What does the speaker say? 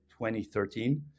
2013